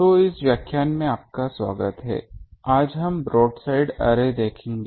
तो इस व्याख्यान में आपका स्वागत है आज हम ब्रोडसाइड अर्रे देखेंगे